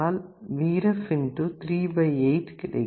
3 8 கிடைக்கும்